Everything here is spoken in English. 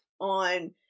on